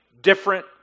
different